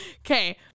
Okay